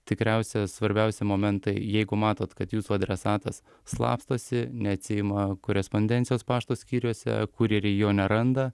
tikriausia svarbiausi momentai jeigu matot kad jūsų adresatas slapstosi neatsiima korespondencijos pašto skyriuose kurjeriai jo neranda